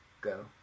Go